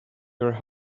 your